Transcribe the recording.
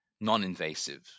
non-invasive